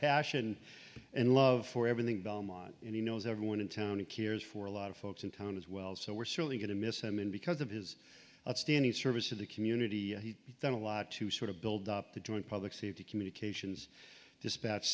passion and love for everything belmont and he knows everyone in town and cures for a lot of folks in town as well so we're certainly going to miss him and because of his outstanding service to the community he's done a lot to sort of build up the joint public safety communications dispatch